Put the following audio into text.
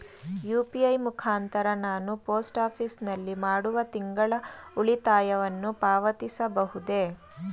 UPI ಮುಖಾಂತರ ನಾನು post office ನಲ್ಲಿ ಮಾಡುವ ತಿಂಗಳ ಉಳಿತಾಯವನ್ನು ಪಾವತಿಸಬಹುದೇ?